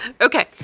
Okay